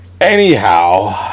Anyhow